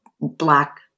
black